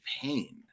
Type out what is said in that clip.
pain